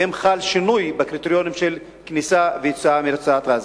האם חל שינוי בקריטריונים של כניסה ויציאה מרצועת-עזה?